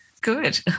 Good